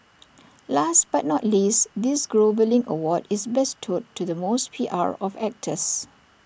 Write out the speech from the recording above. last but not least this groveling award is bestowed to the most P R of actors